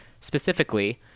specifically